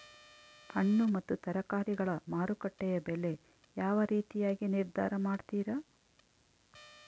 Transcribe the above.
ಹಣ್ಣು ಮತ್ತು ತರಕಾರಿಗಳ ಮಾರುಕಟ್ಟೆಯ ಬೆಲೆ ಯಾವ ರೇತಿಯಾಗಿ ನಿರ್ಧಾರ ಮಾಡ್ತಿರಾ?